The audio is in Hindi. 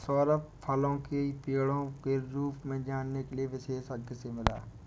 सौरभ फलों की पेड़ों की रूप जानने के लिए विशेषज्ञ से मिला